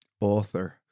Author